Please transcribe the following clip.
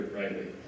rightly